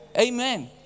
Amen